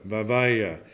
Vavaya